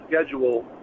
schedule